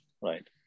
right